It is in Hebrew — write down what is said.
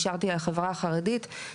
רוצה הטבות מס?